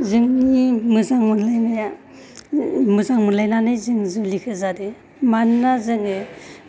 जोंनि मोजां मोनलायनाया मोजां मोनलायनानै जों जुलिखो जादों मानोना जोङो